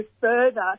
further